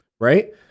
right